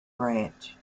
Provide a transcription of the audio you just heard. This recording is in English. branch